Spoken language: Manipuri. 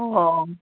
ꯑꯣ